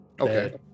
Okay